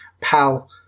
PAL